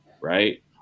right